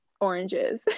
oranges